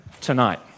Tonight